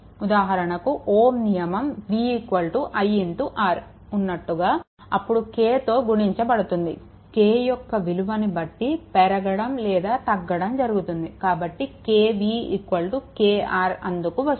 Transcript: ఉదాహరణకు ఓమ్ నియమం v i R ఉన్నట్టుగా అప్పుడు kతో గుణించబడుతుంది k యొక్క విలువను బట్టి పెరగడం లేదా తగ్గడం జరుగుతుంది కాబట్టి KV KR అందుకు వస్తుంది